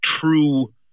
true